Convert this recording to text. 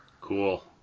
Cool